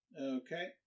Okay